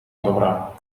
добра